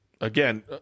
again